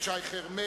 את שי חרמש,